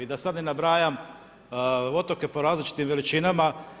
I da sad ne nabrajam otoke po različitim veličinama.